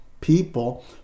people